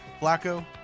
Flacco